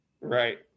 Right